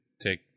take